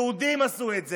יהודים עשו את זה,